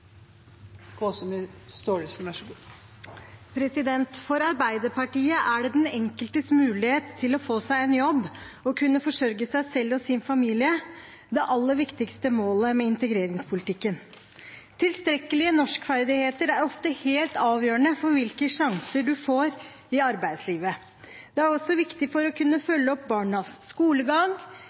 den enkeltes mulighet til å få seg en jobb og kunne forsørge seg selv og sin familie det aller viktigste målet med integreringspolitikken. Tilstrekkelige norskferdigheter er ofte helt avgjørende for hvilke sjanser man får i arbeidslivet. Det er også viktig for å kunne følge opp barnas skolegang